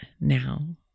now